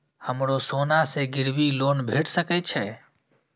हमरो सोना से गिरबी लोन भेट सके छे?